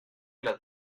las